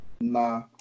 Nah